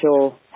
sure